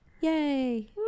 yay